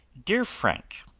dear frank,